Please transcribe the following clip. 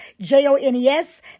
J-O-N-E-S